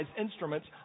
instruments